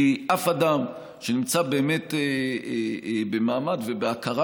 כי אף אדם שנמצא באמת במעמד ובהכרה